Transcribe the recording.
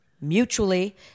mutually